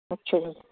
ਅੱਛਾ ਜੀ